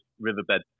riverbed